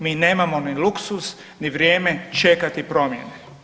Mi nemamo ni luksuz, ni vrijeme čekati promjene.